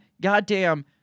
goddamn